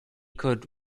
could